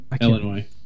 Illinois